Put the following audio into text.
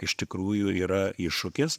iš tikrųjų yra iššūkis